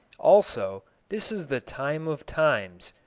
also, this is the time of times,